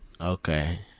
Okay